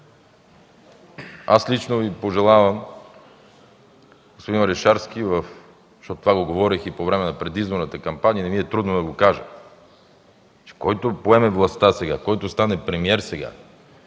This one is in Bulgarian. Аз лично Ви пожелавам, господин Орешарски, защото това го говорих и по време на предизборната кампания, не ми е трудно да го кажа, че който поеме властта сега, който стане премиер сега,